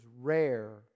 rare